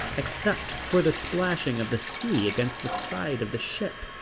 except for the splashing of the sea against the side of the ship,